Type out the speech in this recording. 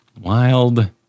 Wild